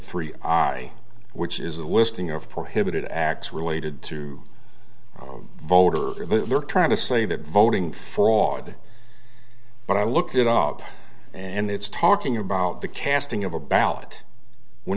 three which is the listing of prohibited acts related to voter they're trying to say that voting for audit but i looked it up and it's talking about the casting of a ballot when